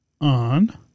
on